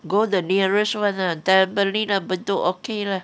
go the nearest [one] lah okay lah